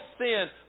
sin